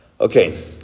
Okay